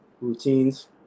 routines